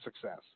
success